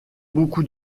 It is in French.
beaucoup